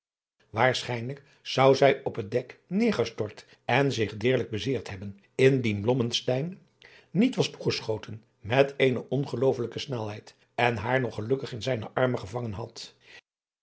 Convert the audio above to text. waarschijnlijk zou zij op het dek neêrgestort en zich deerlijk bezeerd hebben indien blommesteyn niet was toegeschoten met eene ongelooselijke snelheid en haar nog gelukkig in zijne armen gevangen had